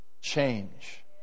Change